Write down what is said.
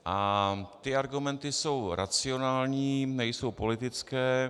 A argumenty jsou racionální, nejsou politické.